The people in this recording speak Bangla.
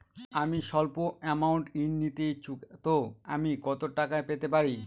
আমি সল্প আমৌন্ট ঋণ নিতে ইচ্ছুক তো আমি কত টাকা পেতে পারি?